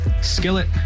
Skillet